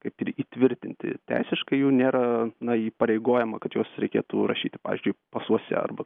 kaip ir įtvirtinti teisiškai jų nėra na įpareigojama kad juos reikėtų rašyti pavyzdžiui pasuose arba